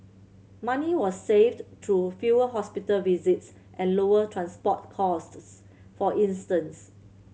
money was saved through fewer hospital visits and lower transport costs for instance